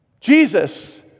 Jesus